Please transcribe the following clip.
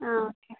ആ ഓക്കെ